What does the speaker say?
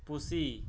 ᱯᱩᱥᱤ